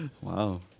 Wow